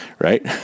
right